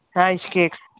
rice cakes